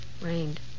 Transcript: Rained